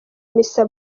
misa